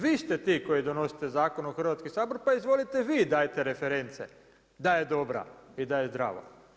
Vi ste ti koji donosite zakon u Hrvatski sabor, pa izvolite vi dajte reference, da je dobra i da je zdravo.